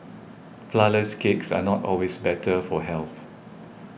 Flourless Cakes are not always better for health